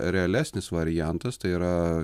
realesnis variantas tai yra